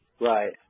Right